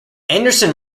anderson